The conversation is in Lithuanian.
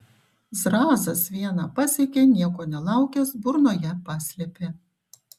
zrazas vieną pasiekė nieko nelaukęs burnoje paslėpė